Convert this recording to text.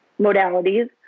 modalities